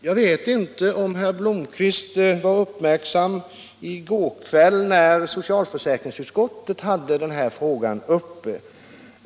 Jag vet inte om herr Blomkvist var uppmärksam i går kväll när den här frågan behandlades.